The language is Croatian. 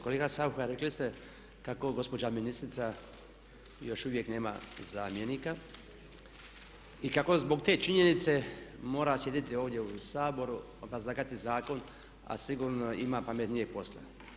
Kolega Saucha rekli ste kako gospođa ministrica još uvijek nema zamjenika i kako zbog te činjenice mora sjediti ovdje u Saboru, obrazlagati zakon a sigurno ima pametnijeg posla.